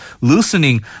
loosening